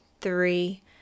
three